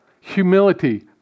humility